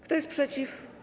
Kto jest przeciw?